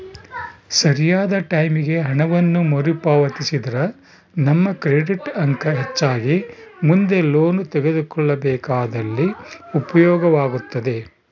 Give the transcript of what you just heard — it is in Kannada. ಸರಿಯಾದ ಟೈಮಿಗೆ ಹಣವನ್ನು ಮರುಪಾವತಿಸಿದ್ರ ನಮ್ಮ ಕ್ರೆಡಿಟ್ ಅಂಕ ಹೆಚ್ಚಾಗಿ ಮುಂದೆ ಲೋನ್ ತೆಗೆದುಕೊಳ್ಳಬೇಕಾದಲ್ಲಿ ಉಪಯೋಗವಾಗುತ್ತದೆ